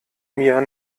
mir